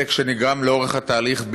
הנזק שנגרם לאורך התהליך,